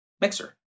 mixer